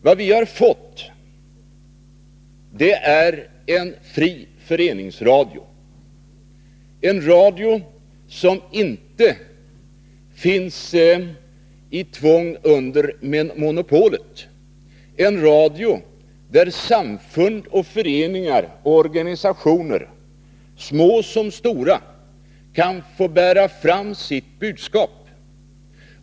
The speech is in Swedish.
Vad vi har fått är en fri föreningsradio, en radio som inte lever i tvång under monopolet, en radio där samfund, föreningar och organisationer, stora som små, kan få bära fram sina budskap i etern.